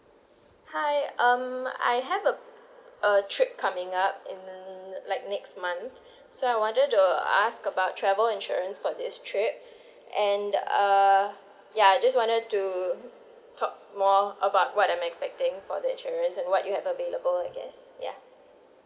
hi um I have a a trip coming up in like next month so I wanted to ask about travel insurance for this trip and uh ya I just wanted to talk more about what I'm expecting for the insurance and what you have available I guess ya